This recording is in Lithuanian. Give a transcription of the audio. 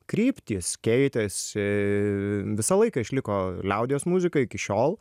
kryptys keitėsi visą laiką išliko liaudies muzika iki šiol